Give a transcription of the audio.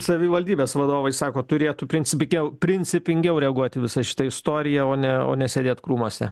savivaldybės vadovai sako turėtų principigiau principingiau reaguot į visą šitą istoriją o ne o ne sėdėt krūmuose